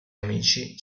amici